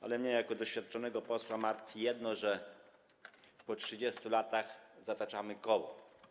Ale mnie jako doświadczonego posła martwi jedno: Oto po 30 latach zataczamy koło.